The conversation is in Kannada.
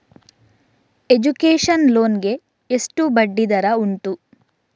ಎಜುಕೇಶನ್ ಲೋನ್ ಗೆ ಎಷ್ಟು ಬಡ್ಡಿ ದರ ಉಂಟು?